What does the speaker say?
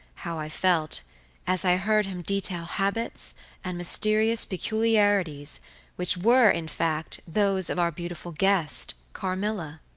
how i felt as i heard him detail habits and mysterious peculiarities which were, in fact, those of our beautiful guest, carmilla!